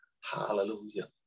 Hallelujah